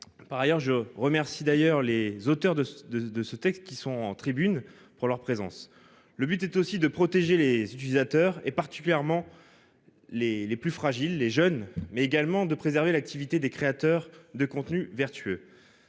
Par ailleurs, je remercie d'ailleurs les auteurs de de de ce texte qui sont en tribune pour leur présence. Le but est aussi de protéger les utilisateurs et particulièrement. Les les plus fragiles, les jeunes mais également de préserver l'activité des créateurs de contenus vertueux.